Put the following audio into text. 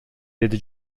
деди